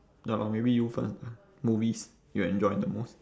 ya lor maybe you first lah movies you enjoy the most